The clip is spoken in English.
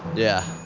yeah.